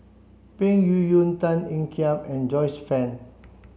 Peng Yuyun Tan Ean Kiam and Joyce Fan